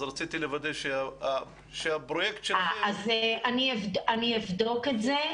אז רציתי לוודא שהפרויקט שלכם --- אז אני אבדוק את זה,